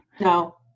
No